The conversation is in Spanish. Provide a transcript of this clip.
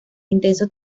intenso